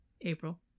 April